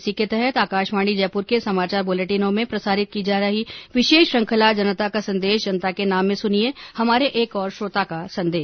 इसी के तहत आकाशवाणी जयपुर के समाचार ब्लेटिनों में प्रसारित की जा रही विशेष श्रृंखला जनता का संदेश जनता के नाम में सुनिये हमारे एक और श्रोता का संदेश